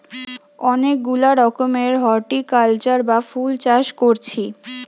অনেক গুলা রকমের হরটিকালচার বা ফুল চাষ কোরছি